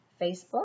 Facebook